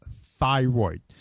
thyroid